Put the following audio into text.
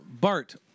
Bart